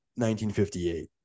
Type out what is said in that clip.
1958